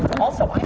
also,